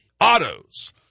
autos